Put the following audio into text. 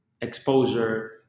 exposure